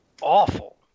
awful